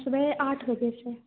सुबह आठ बजे से